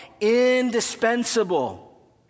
indispensable